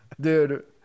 Dude